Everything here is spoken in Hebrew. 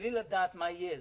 מבלי לדעת מה יהיה.